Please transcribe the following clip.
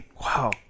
Wow